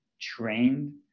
trained